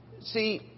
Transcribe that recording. see